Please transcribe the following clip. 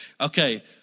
Okay